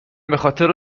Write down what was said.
بخاطر